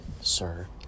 Sir